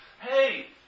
hey